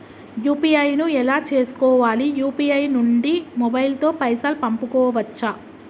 UPI ను ఎలా చేస్కోవాలి యూ.పీ.ఐ నుండి మొబైల్ తో పైసల్ పంపుకోవచ్చా?